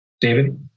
David